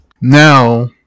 now